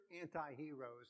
anti-heroes